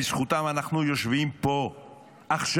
בזכותם אנחנו יושבים פה עכשיו,